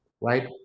right